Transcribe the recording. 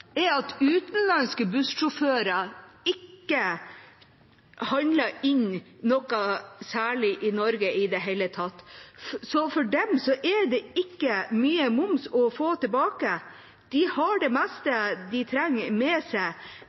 er at utenlandske bussjåfører ikke handler inn noe særlig i Norge i det hele tatt. Så for dem er det ikke mye moms å få tilbake. De har med seg det meste de trenger,